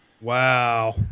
Wow